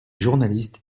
journaliste